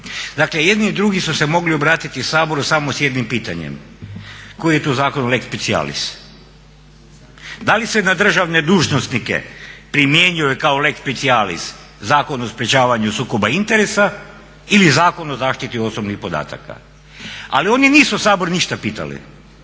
dakle jedni i drugi su se mogli obratiti Saboru samo s jednim pitanjem – koji je to zakon lex specialis? Da li se na državne dužnosnike primjenjuje kao lex specialis Zakon o sprečavanju sukoba interesa ili Zakon o zaštiti osobnih podataka? Ali oni nisu Sabor ništa pitali,